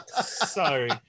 Sorry